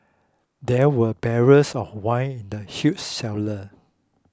there were barrels of wine in the huge cellar